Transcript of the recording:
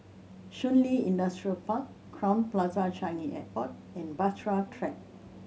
Shun Li Industrial Park Crowne Plaza Changi Airport and Bahtera Track